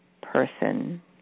person